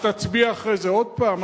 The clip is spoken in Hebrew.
אתה תצביע אחרי זה עוד פעם?